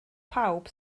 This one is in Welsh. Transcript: pawb